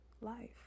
life